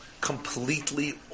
completely